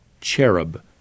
cherub